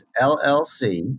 LLC